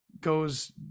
goes